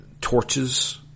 torches